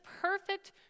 perfect